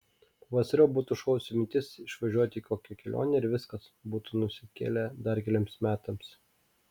pavasariop būtų šovusi mintis išvažiuoti į kokią kelionę ir viskas būtų nusikėlę dar keliems metams